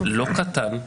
לא קטן.